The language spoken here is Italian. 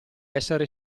essere